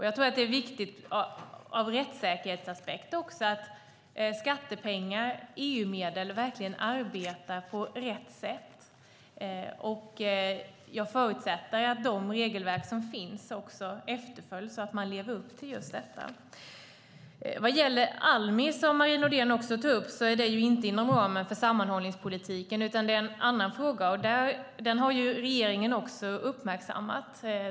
Jag tror att det är viktigt också ur rättssäkerhetsaspekt att skattepengar, EU-medel, verkligen arbetar på rätt sätt. Och jag förutsätter att de regelverk som finns efterföljs och att man lever upp till dem. Marie Nordén tog också upp frågan om Almi, som inte ligger inom ramen för sammanhållningspolitiken utan är en annan fråga. Den har regeringen också uppmärksammat.